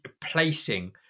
placing